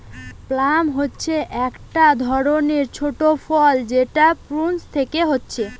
plum হচ্ছে একটা ধরণের ছোট ফল যেটা প্রুনস পেকে হচ্ছে